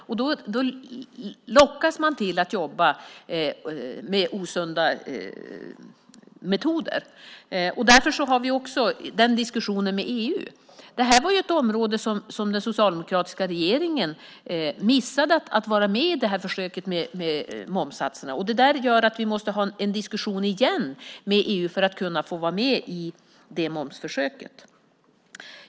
Då lockas man att jobba med osunda metoder. Därför har vi också en diskussion med EU. Den socialdemokratiska regeringen missade att vara med i försöket med momssatserna. Det där gör att vi måste ha en diskussion igen med EU för att kunna få vara med i det momsförsöket.